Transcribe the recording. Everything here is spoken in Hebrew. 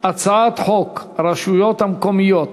הצעת חוק הרשויות המקומיות